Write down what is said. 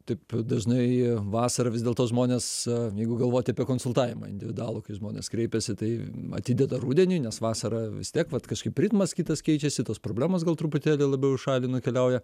taip dažnai vasarą vis dėlto žmonės o jeigu galvoti apie konsultavimą individualų kai žmonės kreipiasi tai atideda rudeniui nes vasara vis tiek vat kažkaip ritmas kitas keičiasi tos problemos gal truputėlį labiau į šalį nukeliauja